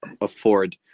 afford